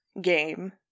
game